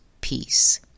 peace